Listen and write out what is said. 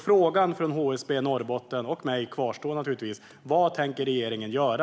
Frågan från HSB Norr och mig kvarstår: Vad tänker regeringen göra?